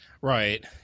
Right